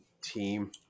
team